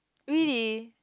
really